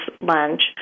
lunch